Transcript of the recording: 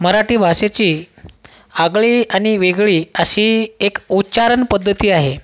मराठी भाषेची आगळी आणि वेगळी अशी एक उच्चारण पद्धती आहे